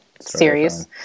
series